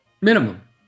minimum